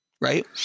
Right